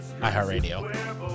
iHeartRadio